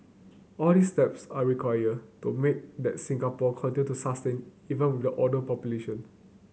all these steps are required to make that Singapore continue to sustain even with an older population